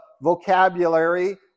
vocabulary